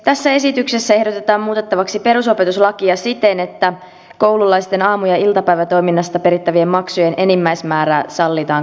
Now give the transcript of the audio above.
tässä esityksessä ehdotetaan muutettavaksi perusopetuslakia siten että koululaisten aamu ja iltapäivätoiminnasta perittävien maksujen enimmäismäärää sallitaan korotettavan